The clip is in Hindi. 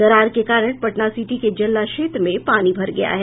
दरार के कारण पटनासिटी के जल्ला क्षेत्र में पानी भर गया है